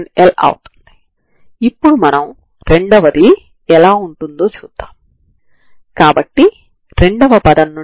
కాబట్టి దీన్ని చేయడానికి మనం ఈ కొత్త చరరాశులను ఉపయోగించాం